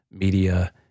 media